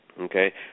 Okay